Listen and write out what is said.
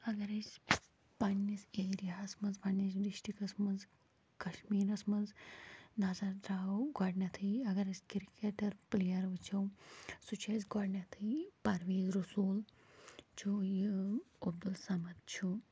اگر أسۍ پننِس ایرِیاہس منٛز پنٕنِس ڈسٹرکس منٛز کشمیٖرس منٛز نظر تراوو گۄڈٕنیتھٕے اگر أسۍ کِرکٹر پٕلیر وٕچھُو سُہ چھُ اسہِ گۄڈٕنیتھٕے پرویز رسوٗل چھُ یہِ عبدُالصمد چھُ